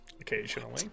occasionally